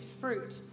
fruit